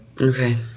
Okay